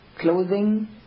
Clothing